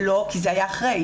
לא, כי זה היה אחרי.